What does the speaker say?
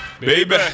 Baby